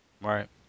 Right